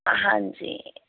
ਹਾਂਜੀ